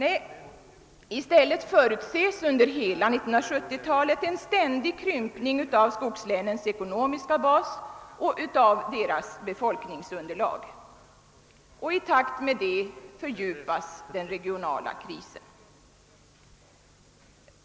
Nej, i stället förutses under hela 1970-talet en ständig krympning av skogslänens ekonomiska bas och av deras befolkningsunderlag. Och i takt med detta fördjupas den regionala krisen.